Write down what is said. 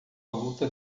luta